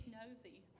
nosy